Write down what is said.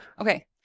Okay